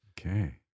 Okay